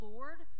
Lord